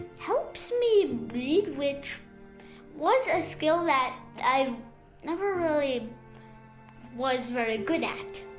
helps me read which was a skill that i never really was very good at,